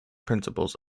principals